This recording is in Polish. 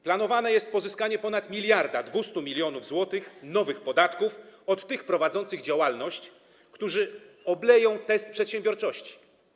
Planowane jest pozyskanie ponad 1200 mln zł nowych podatków od tych prowadzących działalność, którzy obleją test przedsiębiorczości.